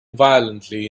violently